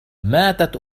ماتت